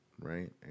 right